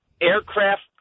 aircraft